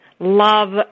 love